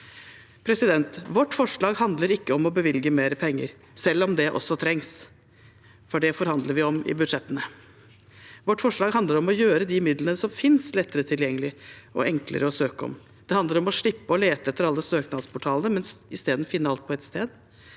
Vårt forslag handler ikke om å bevilge mer penger, selv om det også trengs, for det forhandler vi om i budsjettene. Vårt forslag handler om å gjøre de midlene som finnes, lettere tilgjengelig og enklere å søke om. Det handler om å slippe å lete etter alle søknadsportalene, men i stedet finne alt på ett sted.